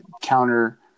counter